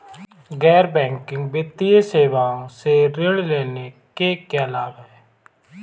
गैर बैंकिंग वित्तीय सेवाओं से ऋण लेने के क्या लाभ हैं?